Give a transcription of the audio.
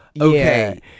okay